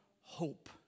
hope